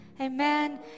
Amen